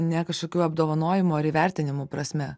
ne kažkokių apdovanojimų ar įvertinimų prasme